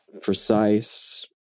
precise